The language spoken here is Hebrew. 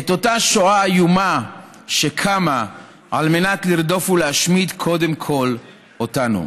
את אותה שואה איומה שקמה על מנת לרדוף ולהשמיד קודם כול אותנו.